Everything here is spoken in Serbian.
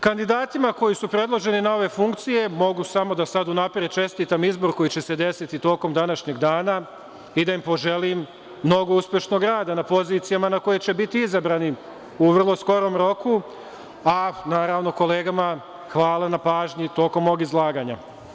Kandidatima koji su predloženi na ove funkcije mogu samo da sad unapred čestitam izbor koji će se desiti tokom današnjeg dana i da im poželim mnogo uspešnog rada na pozicijama na koje će biti izabrani u vrlo skorom roku, a kolegama hvala na pažnji tokom mog izlaganja.